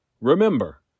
Remember